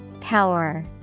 Power